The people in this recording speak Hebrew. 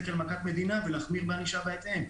כאל מכת מדינה ולהחמיר בענישה בהתאם.